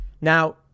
Now